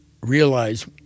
realize